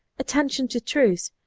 attention to truth,